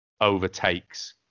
overtakes